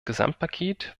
gesamtpaket